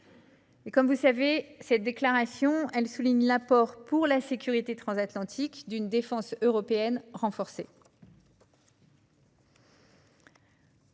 Comme vous le savez, cette déclaration souligne l'apport pour la sécurité transatlantique d'une défense européenne renforcée.